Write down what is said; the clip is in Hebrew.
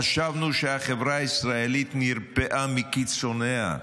חשבנו שהחברה הישראלית נרפאה מקיצוניה,